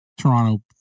Toronto